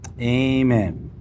Amen